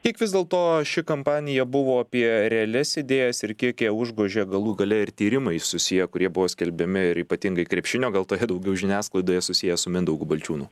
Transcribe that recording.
kiek vis dėl to ši kampanija buvo apie realias idėjas ir kiek ją užgožė galų gale ir tyrimai susiję kurie buvo skelbiami ir ypatingai krepšinio gal toje daugiau žiniasklaidoje susiję su mindaugu balčiūnu